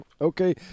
Okay